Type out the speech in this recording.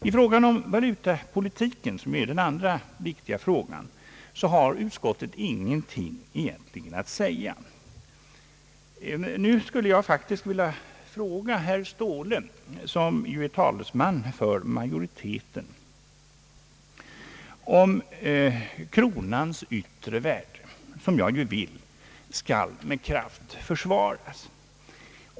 Beträffande valutapolitiken, som är den andra viktiga frågan, har utskottet egentligen ingenting att säga. Nu skulle jag vilja fråga herr Ståhle, som är talesman för majoriteten, om kronans yttre värde skall, som jag vill, med kraft försvaras.